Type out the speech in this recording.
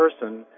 person